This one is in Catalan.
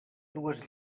dues